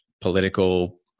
political